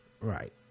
Right